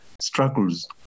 struggles